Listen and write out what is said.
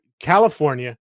California